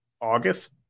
August